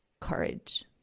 courage